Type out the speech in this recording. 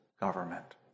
government